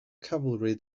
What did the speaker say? cavalry